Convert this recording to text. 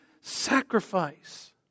sacrifice